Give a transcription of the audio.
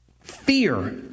fear